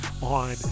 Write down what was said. on